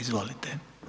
Izvolite.